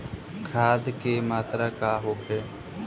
खाध के मात्रा का होखे?